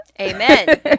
Amen